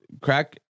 Crack